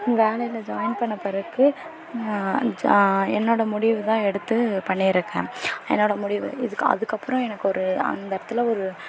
வேலையில் ஜாயின் பண்ண பிறகு ஜா என்னோட முடிவு தான் எடுத்து பண்ணி இருக்கேன் என்னோட முடிவு இதுக்கு அதுக்கு அப்புறம் எனக்கு ஒரு அந்த இடத்துல ஒரு